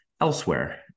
elsewhere